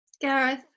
Gareth